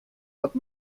wat